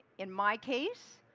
in my case,